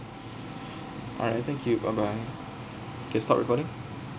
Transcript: alright thank you bye bye okay stop recording